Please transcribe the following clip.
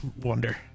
Wonder